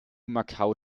macau